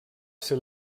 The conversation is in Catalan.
ser